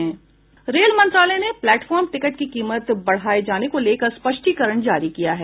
rail मंत्रालय ने platform ticket की कीमत बढ़ाए जाने को लेकर स्पष्टीकरण जारी किया है